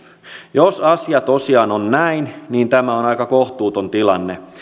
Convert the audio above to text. jos asia tosiaan on näin niin tämä on aika kohtuuton tilanne